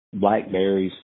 blackberries